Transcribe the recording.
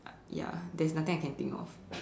ya there's nothing I can think of